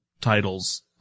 titles